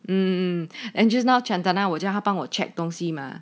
um and just now chantana 我叫他帮我 check 东西吗